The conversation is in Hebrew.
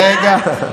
רגע.